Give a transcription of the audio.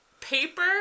paper